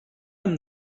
amb